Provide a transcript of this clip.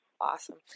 awesome